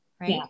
Right